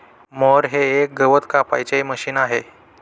mower हे एक गवत कापायचे मशीन आहे